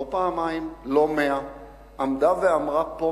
לא פעמיים ולא מאה פעמים עמדה ואמרה פה,